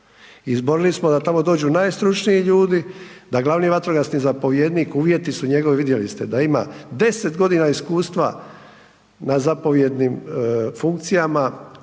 izborili smo da tamo dođu najstručniji ljudi, da glavni vatrogasni zapovjednik uvjeti su njegovi vidjeli ste, da ima 10 godina iskustva na zapovjednim funkcijama